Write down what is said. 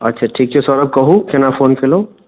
अच्छा ठीक छै सौरभ कहू कोना फोन केलहुँ